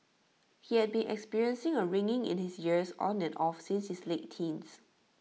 he had been experiencing A ringing in his ears on and off since his late teens